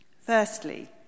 Firstly